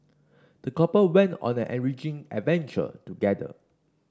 the couple went on an enriching adventure together